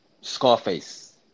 Scarface